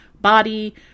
body